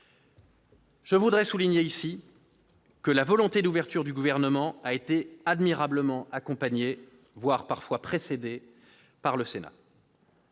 Je veux le souligner ici, la volonté d'ouverture du Gouvernement a été admirablement accompagnée, voire parfois précédée, par le Sénat.